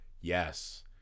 yes